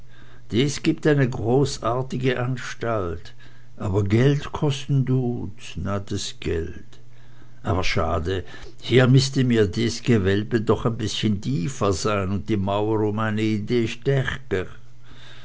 des gibt eine großartigte anstalt aber geld kosten duht's na das geld aber schade hier mußte mir des gewehlbe doch en bißgen diefer sein und die mauer um eine idee